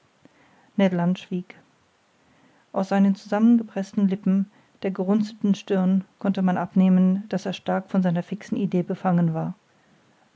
schwieg aus seinen zusammengepreßten lippen der gerunzelten stirn konnte man abnehmen daß er stark von einer fixen idee befangen war